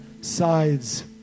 sides